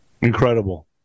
incredible